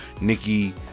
nikki